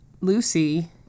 lucy